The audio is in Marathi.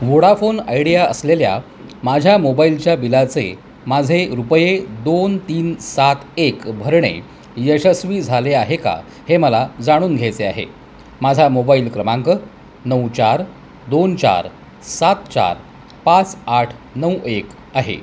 व्होडाफोन आयडिया असलेल्या माझ्या मोबाइलच्या बिलाचे माझे रुपये दोन तीन सात एक भरणे यशस्वी झाले आहे का हे मला जाणून घ्यायचे आहे माझा मोबाईल क्रमांक नऊ चार दोन चार सात चार पाच आठ नऊ एक आहे